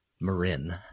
Marin